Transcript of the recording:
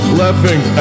laughing